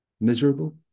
miserable